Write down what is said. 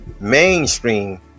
mainstream